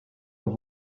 auf